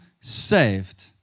saved